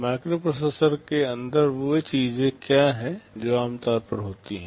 microprocessor के अंदर वे चीजें क्या हैं जो आमतौर पर होती हैं